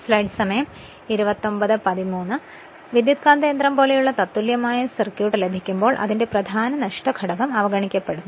ഇപ്പോൾ ട്രാൻസ്ഫോർമർ പോലെയുള്ള തത്തുല്യമായ സർക്യൂട്ട് ലഭിക്കുമ്പോൾ അതിന്റെ പ്രധാന നഷ്ട ഘടകം അവഗണിക്കപ്പെടുന്നു